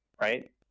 right